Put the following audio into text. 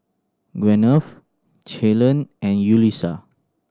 Gwyneth Ceylon and Yulisa